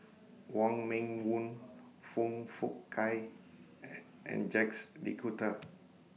Wong Meng Voon Foong Fook Kay and and Jacques De Coutre